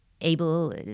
able